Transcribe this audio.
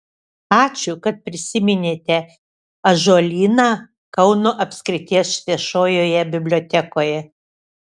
ačiū kad prisiminėte ąžuolyną kauno apskrities viešojoje bibliotekoje